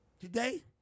Today